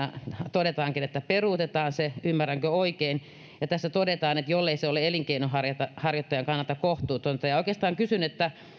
todetaankin että peruutetaan se ymmärränkö oikein tässä todetaan että jollei se ole elinkeinonharjoittajan kannalta kohtuutonta ja oikeastaan kysyn että